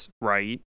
right